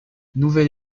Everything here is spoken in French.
nouvel